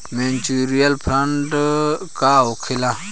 Mutual fund का होखेला?